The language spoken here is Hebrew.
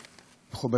על הדבר הזה,